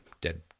dead